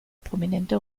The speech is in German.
prominente